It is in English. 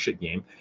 game